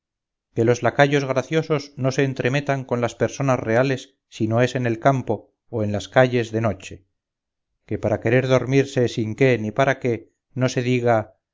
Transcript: que los lacayos graciosos no se entremetan con las personas reales si no es en el campo o en las calles de noche que para querer dormirse sin qué ni para qué no se diga